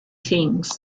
things